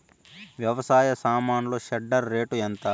వ్యవసాయ సామాన్లు shredder rate ఎంత?